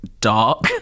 dark